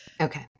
Okay